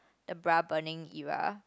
the Bra Burning era